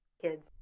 kids